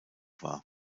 war